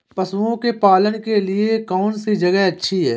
पशुओं के पालन के लिए कौनसी जगह अच्छी है?